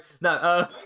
No